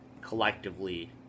collectively